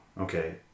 okay